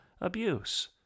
abuse